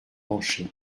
pancher